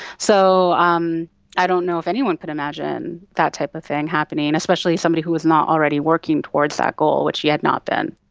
so um i don't know if anyone could imagine that type of thing happening, especially somebody who was not already working towards that goal, which he had not been.